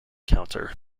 counter